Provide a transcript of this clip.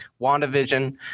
WandaVision